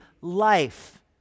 life